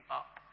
up